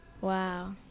Wow